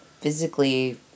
physically